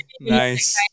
nice